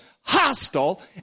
hostile